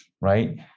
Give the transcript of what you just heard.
right